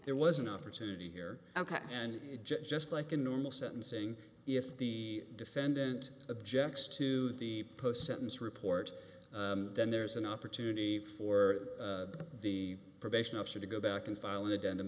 there was an opportunity here ok and just like a normal sentencing if the defendant objects to the post sentence report then there's an opportunity for the probation officer to go back and file an addendum